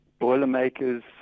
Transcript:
boilermakers